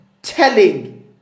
Telling